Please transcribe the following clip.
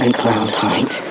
and cloudheightas